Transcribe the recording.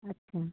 अच्छा